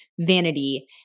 vanity